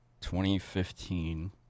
2015